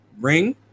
Ring